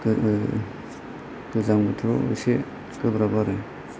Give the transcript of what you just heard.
गोजां बोथोराव एसे गोब्राब आरो